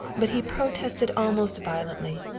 but he protested almost violently.